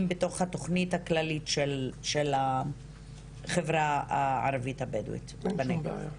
בתוך התוכנית הכללית של החברה הערבית הבדואית בנגב.